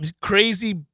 crazy